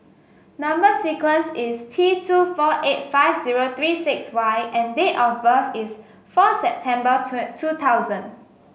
number sequence is T two four eight five zero three six Y and date of birth is fourth September two thousand